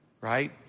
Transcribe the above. Right